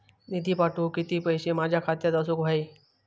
निधी पाठवुक किती पैशे माझ्या खात्यात असुक व्हाये?